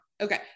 Okay